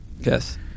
Yes